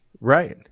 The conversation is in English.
Right